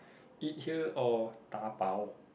eat here or dabao